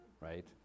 right